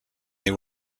they